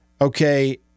Okay